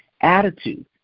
attitude